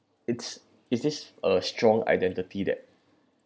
it's it's just a strong identity that